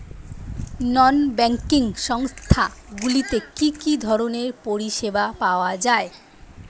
নন banking সংস্থা গুলিতে কি কি ধরনের পরিসেবা পাওয়া য়ায়?